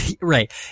right